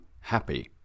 happy